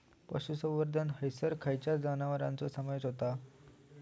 पशुसंवर्धन हैसर खैयच्या जनावरांचो समावेश व्हता?